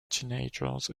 teenagers